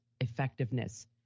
effectiveness